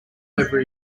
over